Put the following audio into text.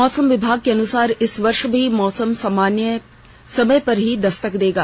मौसम विभाग के अनुसार इस वर्ष भी मौनसुन सामान्य समय पर ही दस्तक देगा